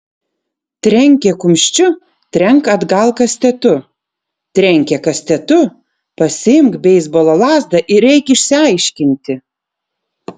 trenkė kumščiu trenk atgal kastetu trenkė kastetu pasiimk beisbolo lazdą ir eik išsiaiškinti